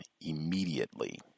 immediately